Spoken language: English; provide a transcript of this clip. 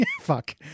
Fuck